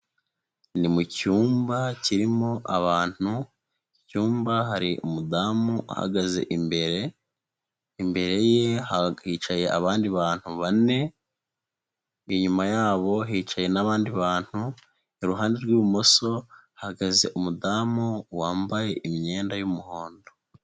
Ni mu cyumba kirimo abantu, mu cyumba hari umudamu uhagaze imbere, imbere ye hicaye abandi bantu bane, inyuma yabo hicaye n'abandi bantu, iruhande rw'ibumoso hahagaze umudamu wambaye imyenda y'umuhondo.